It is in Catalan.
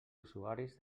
usuaris